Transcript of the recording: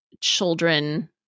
children